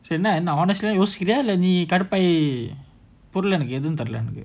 சரிஎன்னஎன்ன:sari enna enna honestly ah யோசிக்கிறியாஇல்லகடுப்பாகிபுரிலஎனக்கு:yosikkriya ila kaduppaki purila enaku